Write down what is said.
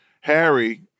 Harry